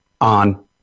on